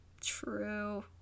True